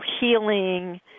healing